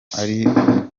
aribwo